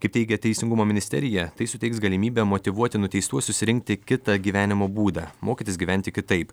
kaip teigia teisingumo ministerija tai suteiks galimybę motyvuoti nuteistuosius rinkti kitą gyvenimo būdą mokytis gyventi kitaip